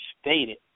stated